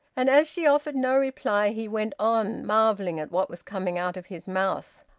and as she offered no reply, he went on, marvelling at what was coming out of his mouth.